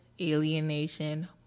alienation